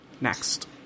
Next